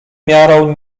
miarą